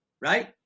Right